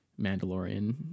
Mandalorian